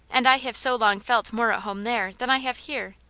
and i have so long felt more at home there than i have here.